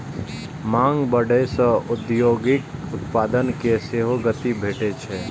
मांग बढ़ै सं औद्योगिक उत्पादन कें सेहो गति भेटै छै